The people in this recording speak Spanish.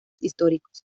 históricos